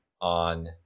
on